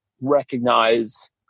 recognize